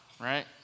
right